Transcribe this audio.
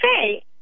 Hey